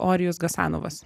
orijus gasanovas